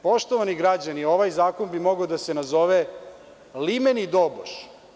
Poštovani građani, ovaj zakon bi mogao da se nazove „limeni doboš“